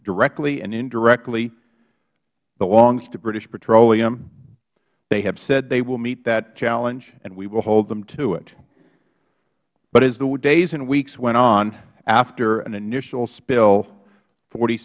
directly and indirectly belongs to british petroleum they have said they will meet that challenge and we will hold them to it but as the days and weeks went on after an initial spill